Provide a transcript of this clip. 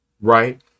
right